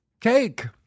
Cake